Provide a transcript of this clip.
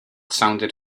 sounded